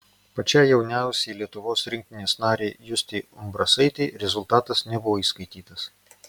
pačiai jauniausiai lietuvos rinktinės narei justei umbrasaitei rezultatas nebuvo įskaitytas